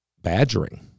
Badgering